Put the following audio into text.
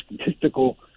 statistical